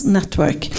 Network